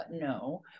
No